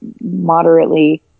moderately